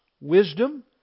wisdom